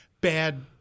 bad